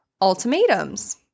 ultimatums